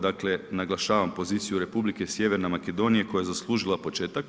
Dakle naglašavam poziciju Republike Sjeverne Makedonije koja je zaslužila početak.